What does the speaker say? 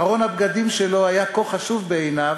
ארון הבגדים שלו היה כה חשוב בעיניו,